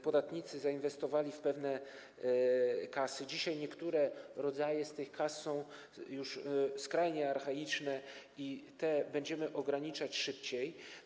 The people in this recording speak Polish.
Podatnicy zainwestowali w pewne kasy, dzisiaj niektóre rodzaje tych kas są już skrajnie archaiczne i te będziemy ograniczać szybciej.